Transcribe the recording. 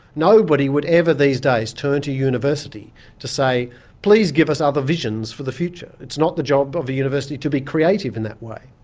nobody would ever these days turn to university to say please give us other visions for the future, it's not the job of the university to be creative in that way.